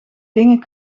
dingen